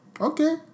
Okay